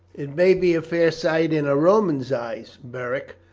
it may be a fair sight in a roman's eyes, beric,